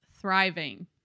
thriving